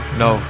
no